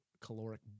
caloric